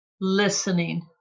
listening